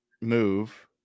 move